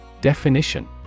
Definition